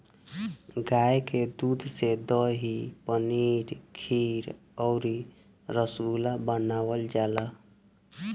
गाय के दूध से दही, पनीर खीर अउरी रसगुल्ला बनावल जाला